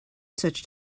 such